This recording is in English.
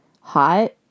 hot